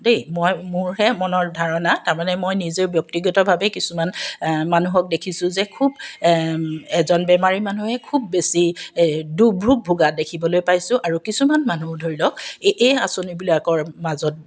দেই মই মোৰহে মনৰ ধাৰণা তাৰমানে মই নিজেও ব্যক্তিগতভাৱে মই কিছুমান মানুহক দেখিছোঁ যে খুব এজন বেমাৰী মানুহে খুব বেছি দুৰ্ভোগ ভোগা দেখিবলৈ পাইছোঁ আৰু কিছুমান মানুহ ধৰি লওক এই এই আঁচনিবিলাকৰ মাজত